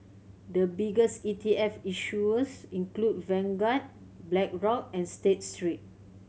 the biggest E T F issuers include Vanguard Blackrock and State Street